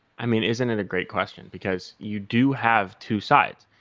i mean, isn't it a great question? because you do have two sides.